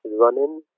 running